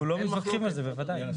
אנחנו לא מתווכחים על זה, בוודאי.